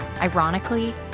Ironically